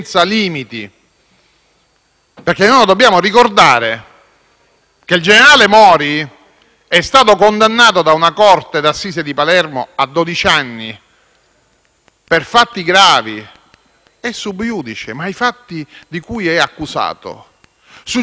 limiti. Dobbiamo ricordare che il generale Mori è stato condannato da una corte d'assise di Palermo a dodici anni, per fatti gravi. È *sub iudice*, ma i fatti di cui è accusato suggerirebbero,